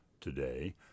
today